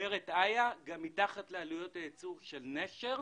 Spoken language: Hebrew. אומרת איה, גם מתחת לעלויות הייצור של נשר,